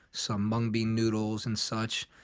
some mung bean noodles and such.